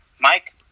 Mike